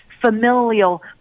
familial